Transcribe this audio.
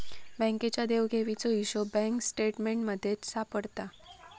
बँकेच्या देवघेवीचो हिशोब बँक स्टेटमेंटमध्ये सापडता